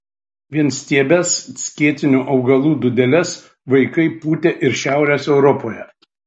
vienstiebes skėtinių augalų dūdeles vaikai pūtė ir šiaurės europoje